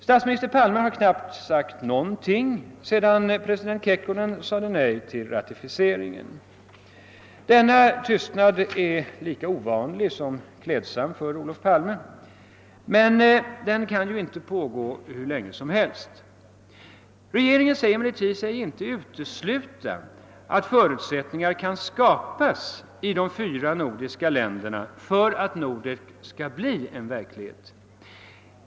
Statsminister Palme har knappast yttrat någonting sedan president Kekkonen sade nej till ratificeringen. Denna tystnad är lika ovanlig som klädsam för Olof Palme, men den kan ju inte pågå hur länge som helst. Regeringen tycks emellertid inte utesluta att förutsättningar kan skapas i de fyra nordiska länderna för att Nordek skall bli en verklighet.